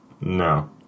no